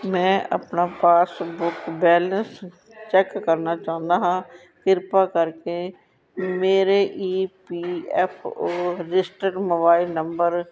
ਮੈਂ ਆਪਣਾ passbook balance check ਕਰਨਾ ਚਾਹੁੰਦਾ ਹਾਂ ਕਿਰਪਾ ਕਰਕੇ ਮੇਰੇ E P F O registered mobile number